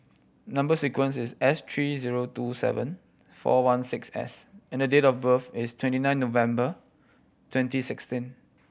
number sequence is S three zero two seven four one six S and the date of birth is twenty nine November twenty sixteen